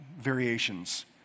variations